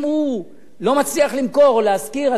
אם הוא לא מצליח למכור או להשכיר,